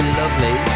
lovely